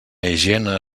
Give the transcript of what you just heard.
higiene